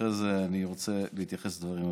ואחרי זה אני רוצה להתייחס לדברים אחרים.